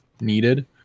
needed